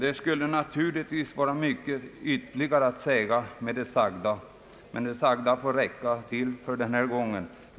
Det skulle naturligtvis vara mycket mera att säga, men det sagda får räcka för denna gång.